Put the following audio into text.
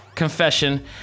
confession